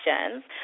questions